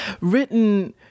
written